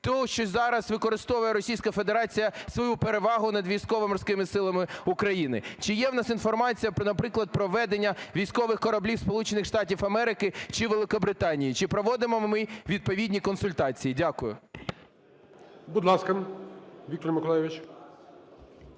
– ту, що зараз використовує Російська Федерація свою перевагу над Військово-Морськими Силами України? Чи є в нас інформація, наприклад, про проведення військових кораблів Сполучених Штатів Америки чи Великобританії? Чи проводимо ми відповідні консультації? Дякую. ГОЛОВУЮЧИЙ. Будь ласка, Віктор Миколайович.